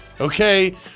okay